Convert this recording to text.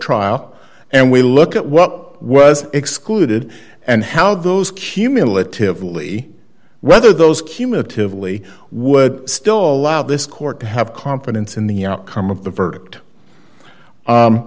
trial and we look at what was excluded and how those cumulatively whether those cumulatively would still this court have confidence in the outcome of the verdict